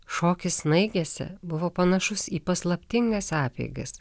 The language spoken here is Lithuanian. šokis snaigėse buvo panašus į paslaptingas apeigas